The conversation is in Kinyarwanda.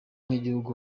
nk’igihugu